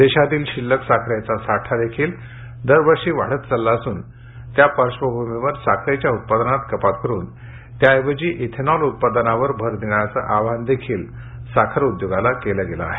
देशातील शिल्लक साखरेचा साठा देखील दरवर्षी वाढत चालला असून त्या पार्श्वभूमीवर साखरेच्या उत्पादनात कपात करून त्याऐवजी इथेनॉल उत्पादनावर भर देण्याचं आवाहनही साखर उद्योगाला केलं गेलं आहे